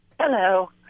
Hello